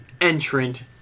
entrant